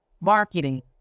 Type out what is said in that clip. marketing